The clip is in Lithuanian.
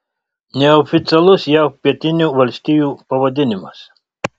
neoficialus jav pietinių valstijų pavadinimas